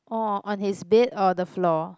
or on his bed or the floor